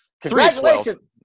Congratulations